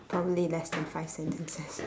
probably less than five sentences